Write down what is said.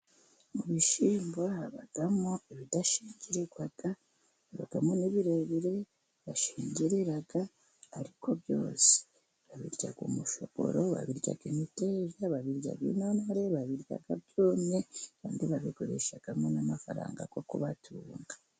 Mu bishyimbo habamo ibidashingirwa habamo n'ibirebire bashingirira, ariko byose babirya umushogororo, babirya imiteja, babirya intonore, babirya byumye kandi babigurishamo n'amafaranga yo kubatunga.